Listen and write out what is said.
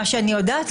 מה שאני יודעת,